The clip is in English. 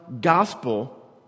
gospel